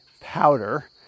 powder